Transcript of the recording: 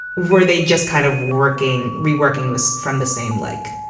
were they just kind of working reworking this from the same like